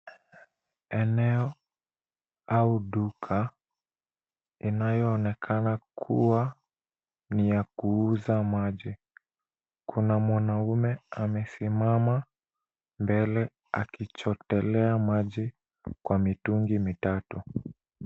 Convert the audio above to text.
Eneo au duka inayoonekana kuwa ni ya kuuza maji. Kuna mwanaume amesimama mbele akichotelea maji kwa mitungi mitatu.